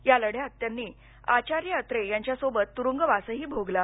या लढ्यात त्यांनी आचार्य अत्रे यांच्यासोबत तुरुंगवासही भोगला